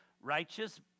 Righteous